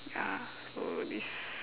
ya so this